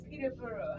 Peterborough